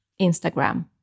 Instagram